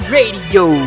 Radio